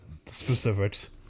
specifics